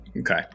Okay